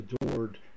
adored